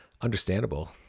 understandable